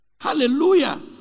Hallelujah